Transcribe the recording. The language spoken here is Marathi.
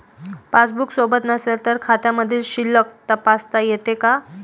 पासबूक सोबत नसेल तर खात्यामधील शिल्लक तपासता येते का?